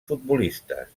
futbolistes